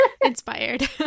Inspired